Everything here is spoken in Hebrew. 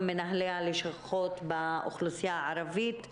מנהלי הלשכות באוכלוסייה הערבית להגיד,